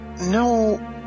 no